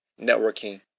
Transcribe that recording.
Networking